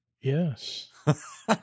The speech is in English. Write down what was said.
Yes